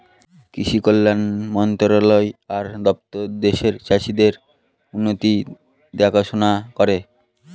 কৃষি কল্যাণ মন্ত্রণালয় আর দপ্তর দেশের চাষীদের উন্নতির দেখাশোনা করে